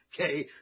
Okay